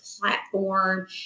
platform